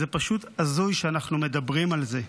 זה פשוט הזוי שאנחנו מדברים על זה.